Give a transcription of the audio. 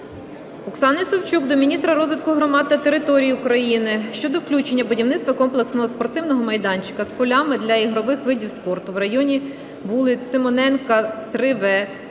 Оксани Савчук до міністра розвитку громад та територій України щодо включення будівництва комплексного спортивного майданчика з полями для ігрових видів спорту в районі вулиць Симоненка, 3в